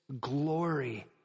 glory